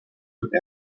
would